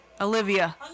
Olivia